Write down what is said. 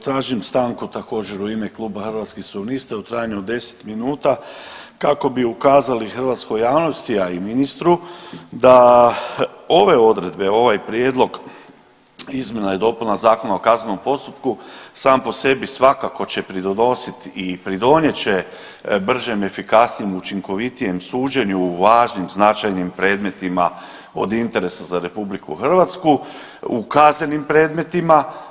Tražim stanku također u ime Kluba Hrvatskih suverenista u trajanju od 10 minuta kako bi ukazali hrvatskoj javnosti, a i ministru da ove odredbe ovaj prijedlog izmjena i dopuna Zakona o kaznenom postupku sam po sebi svakako će pridonositi i pridonijet će bržem, efikasnijem, učinkovitijem suđenju u važnim značajnim predmetima od interesa za RH, u kaznenim predmetima.